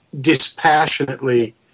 dispassionately